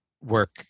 work